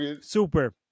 Super